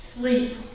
Sleep